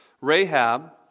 Rahab